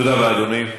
תודה רבה, אדוני.